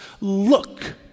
look